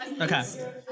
Okay